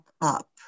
up